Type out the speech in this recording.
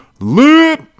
lit